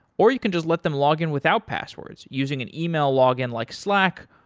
or you can just let them login without passwords using an ah e-mail login like slack,